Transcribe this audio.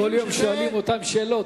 כל יום שואלים אותם שאלות,